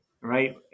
right